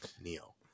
Neo